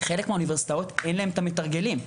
חלק מהאוניברסיטאות אין להם את המתרגלים.